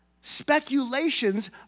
Speculations